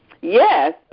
Yes